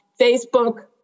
Facebook